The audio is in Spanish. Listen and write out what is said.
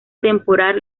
temporal